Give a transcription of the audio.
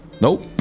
Nope